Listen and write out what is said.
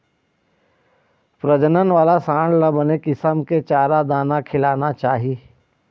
प्रजनन वाला सांड ल बने किसम के चारा, दाना खिलाना चाही